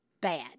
bad